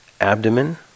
abdomen